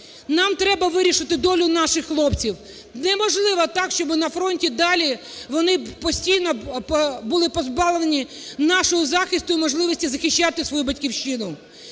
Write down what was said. Нам треба вирішити долю наших хлопців. Неможливо так, щоби на фронті далі вони постійно були позбавлені нашого захисту і можливості захищати свою Батьківщину.